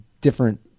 different